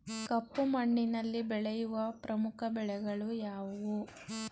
ಕಪ್ಪು ಮಣ್ಣಿನಲ್ಲಿ ಬೆಳೆಯುವ ಪ್ರಮುಖ ಬೆಳೆಗಳು ಯಾವುವು?